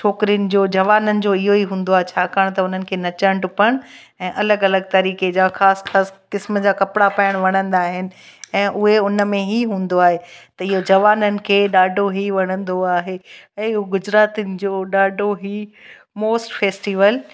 छोकिरियुनि जो जवाननि जो इहो ई हूंदो आहे छाकाणि त हुननि खे नचण टुपण ऐं अलॻि अलॻि तरीक़े जा ख़ासि ख़ासि क़िस्म जा कपिड़ा पाएण वणंदा आहिनि ऐं उहे हुन में ही हूंदो आहे त इहो जवाननि खे ॾाढो ई वणंदो आहे ऐं हू गुजरातियुनि जो ॾाढो ही मोस्ट फ़ेस्टीवल